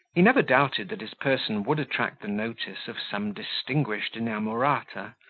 he never doubted that his person would attract the notice of some distinguished inamorata,